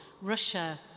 Russia